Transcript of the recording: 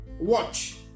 Watch